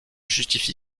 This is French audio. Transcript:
justifie